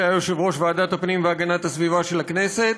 שהיה יושב-ראש ועדת הפנים והגנת הסביבה של הכנסת,